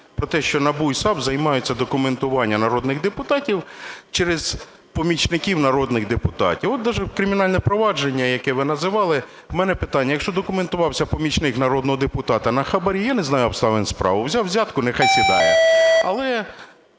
про те, що НАБУ і САП займаються документуванням народних депутатів через помічників народних депутатів. От даже кримінальне провадження, яке ви називали. У мене питання. Якщо документувався помічник народного депутата на хабарі, я не знаю обставин справи, взяв взятку – нехай сідає.